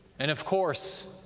and, of course,